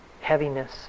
heaviness